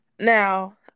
Now